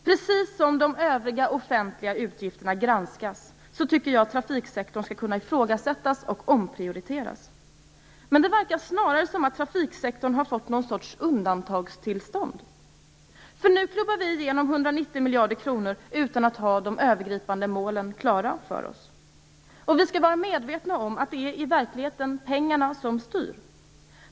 Precis som de övriga offentliga utgifterna granskas, tycker jag att anslagen till trafiksektorn skall kunna ifrågasättas och omprioriteras. Men det verkar snarare som om trafiksektorn har fått något slags undantagstillstånd. För nu klubbar vi igenom 190 miljarder kronor utan att ha de övergripande målen klara för oss. Och vi skall vara medvetna om att det i verkligheten är pengarna som styr.